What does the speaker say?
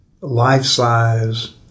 life-size